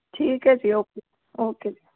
ਠੀਕ ਹੈ ਜੀ ਓਕੇ ਓਕੇ ਜੀ